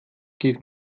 give